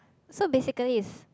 so basically is